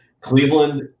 Cleveland